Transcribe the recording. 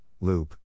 loop